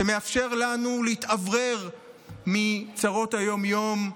שמאפשר לנו להתאוורר מצרות היום-יום,